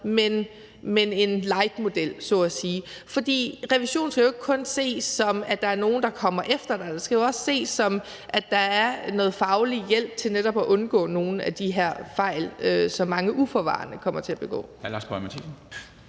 men en lightmodel så at sige. For revision skal jo ikke kun ses, som at der er nogen, der kommer efter dig. Det skal jo også ses, som at der er noget faglig hjælp til netop at undgå nogle af de her fejl, som mange uforvarende kommer til at begå.